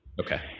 Okay